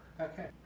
Okay